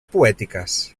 poètiques